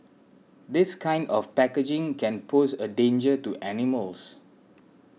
this kind of packaging can pose a danger to animals